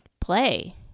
play